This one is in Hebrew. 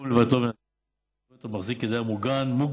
לאור כל האמור לעיל, המכרז דנן